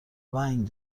ونگ